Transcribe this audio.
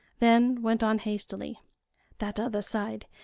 then went on hastily that other side!